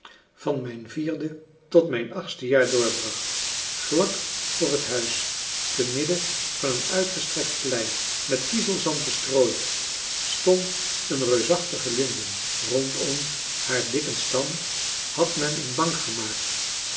van mijn vierde tot mijn achtste jaar doorbracht vlak voor het huis te midden van een uitgestrekt plein met kiezelzand bestrooid stond een reusachtige linde rondom françois haverschmidt familie en kennissen haar dikken stam had men een bank gemaakt